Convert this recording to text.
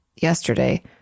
Yesterday